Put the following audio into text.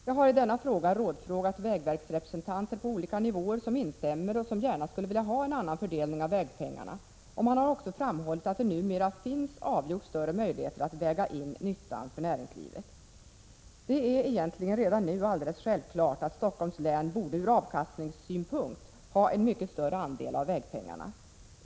Jag har i denna sak rådfrågat vägverksrepresentanter på olika nivåer. De instämmer och skulle gärna vilja ha en annan fördelning av vägpengarna. Man har också framhållit att det numera finns avgjort större möjligheter att väga in ”nyttan” för näringslivet. Det är egentligen redan nu alldeles självklart att Stockholms län ur avkastningssynpunkt borde ha en mycket större andel av vägpengarna.